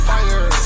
Fire